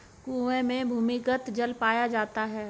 कुएं में भूमिगत जल पाया जाता है